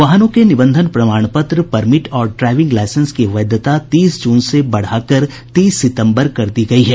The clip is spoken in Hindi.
वाहनों के निबंधन प्रमाण पत्र परमिट और ड्राइविंग लाइसेंस की वैधता तीस जून से बढ़ाकर तीस सितंबर कर दी गयी है